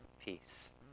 peace